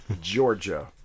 Georgia